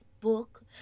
book